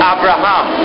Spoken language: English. Abraham